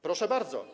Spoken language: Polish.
Proszę bardzo.